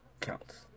counts